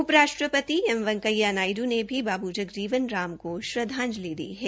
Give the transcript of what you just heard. उप राष्ट्रपति एक वैकेंया नायडू ने भी बाबू जगजीवन राम को श्रदधांजलि दी है